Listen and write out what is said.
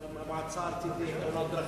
המועצה הארצית לתאונות דרכים.